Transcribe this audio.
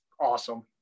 awesome